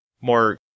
more